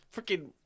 freaking